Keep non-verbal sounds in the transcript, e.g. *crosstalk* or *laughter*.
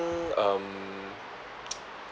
um *noise*